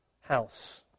house